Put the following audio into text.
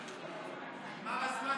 האלה,